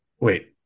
wait